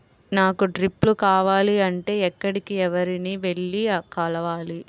నాకు డ్రిప్లు కావాలి అంటే ఎక్కడికి, ఎవరిని వెళ్లి కలవాలి?